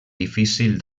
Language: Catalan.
difícil